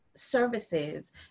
services